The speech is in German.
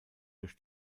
durch